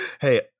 Hey